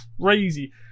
crazy